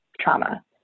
trauma